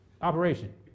operation